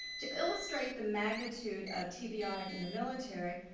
to illustrate the magnitude of tbi in the military,